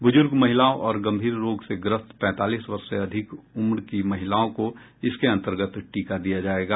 बुजुर्ग महिलाओं और गंभीर रोग से ग्रस्त पैंतालीस वर्ष से अधिक उम्र की महिलाओं को इसके अन्तर्गत टीका दिया जायेगा